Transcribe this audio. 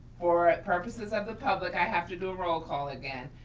for purposes of the public, i have to do a roll call again.